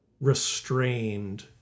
restrained